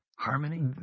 Harmony